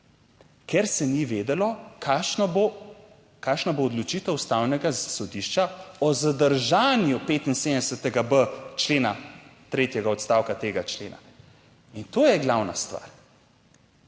ker se ni vedelo kakšna bo, kakšna bo odločitev Ustavnega sodišča o zadržanju 75.b člena, tretjega odstavka tega člena. In to je glavna stvar.